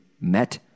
met